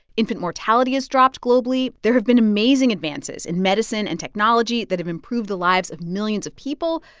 infant mortality has dropped globally. there have been amazing advances in medicine and technology that have improved the lives of millions of people.